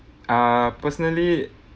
ah personally